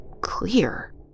clear